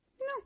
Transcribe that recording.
No